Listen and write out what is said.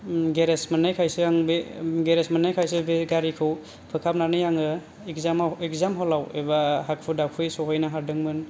garage मोननायखायसो आं बे गेरेज मोननायखायसो बे गारिखौ फोखाबनानै आङो इक्जामाव इक्जाम हलआव एबा हाखु दाखुयै सहैनो हादोंमोन